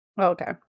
Okay